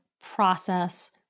process